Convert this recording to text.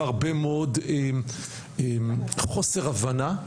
וחוסר הבנה.